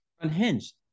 unhinged